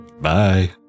Bye